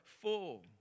full